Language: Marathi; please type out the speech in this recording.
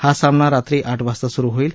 हा सामना रात्री आठ वाजता सुरु होईल